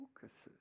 focuses